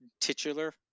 titular